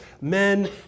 men